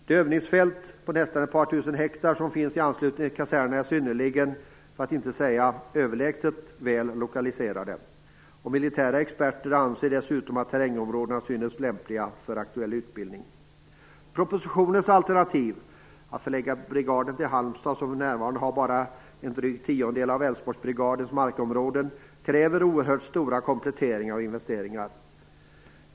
Det övningsfält på närmare ett par tusen hektar som finns i anslutning till kasernerna är synnerligen väl, för att inte säga överlägset, lokaliserade. Militära experter anser dessutom att terrängområdena synes lämpliga för aktuell utbildning. Halmstad, som för närvarande bara har en dryg tiondel av Älvsborgsbrigaden markområden, kräver oerhört stora kompletteringar och investeringar.